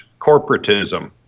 corporatism